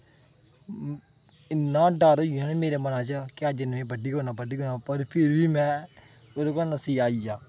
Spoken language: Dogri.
इन्ना डर होई गेआ हा न मेरे मनै च कि अज्ज इन्नै मिगी बड्ढी गै उड़ना बड्डी गै उड़ना पर फ्ही बी मैं ओह्दे कोला नस्सियै आई गेआ